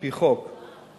על-פי חוק צריך,